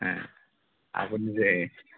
আপুনি যে